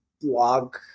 blog